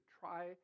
try